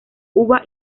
uva